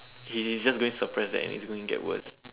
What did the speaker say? he is just going to surpass that and it's going to get worse